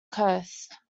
coast